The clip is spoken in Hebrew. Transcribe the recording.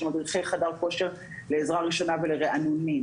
מדריכי חדרי כושר לעזרה ראשונה ולריענונים.